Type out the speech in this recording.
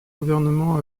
gouvernement